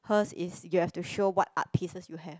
her's is you have to show what art pieces you have